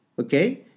Okay